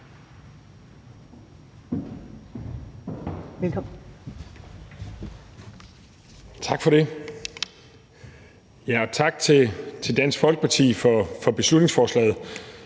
Joel (S): Tak for det, og tak til Dansk Folkeparti for beslutningsforslaget.